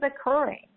occurring